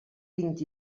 vint